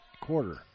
quarter